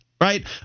Right